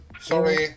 sorry